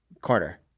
Corner